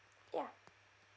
ya